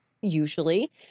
usually